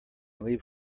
leave